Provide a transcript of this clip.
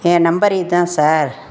என் number இதுதான் sir